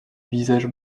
visage